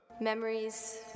Memories